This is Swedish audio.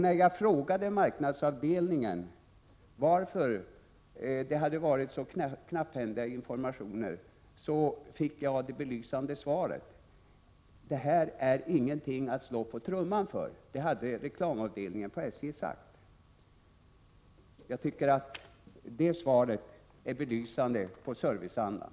När jag frågade marknadsavdelningen på SJ varför informationen varit så knapphändig, fick jag det belysande svaret: ”Det här är ingenting att slå på trumman för.” Det hade reklamavdelningen på SJ sagt. Det svaret är belysande för serviceandan.